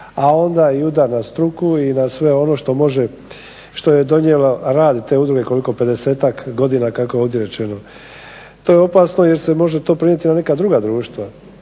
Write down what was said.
a onda i udar na struku i na sve ono što može, što je donijelo rad te udruge koliko pedesetak godina kako je ovdje rečeno. To je opasno jer se može to prenijeti na neka druga društva.